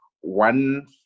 one